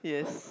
yes